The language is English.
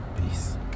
peace